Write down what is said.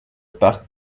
parc